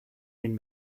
den